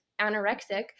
anorexic